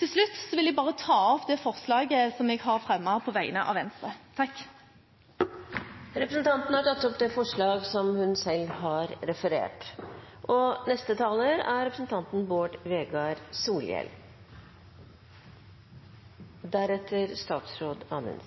Til slutt vil jeg bare ta opp det forslaget som jeg har fremmet på vegne av Venstre. Representanten Iselin Nybø har tatt opp det forslaget